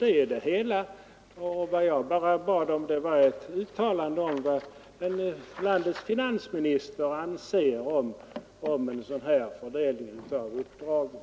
Och jag bad bara om ett uttalande från landets finansminister om vad han anser om fördelningen av uppdragen.